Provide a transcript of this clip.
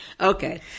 Okay